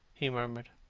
he murmured.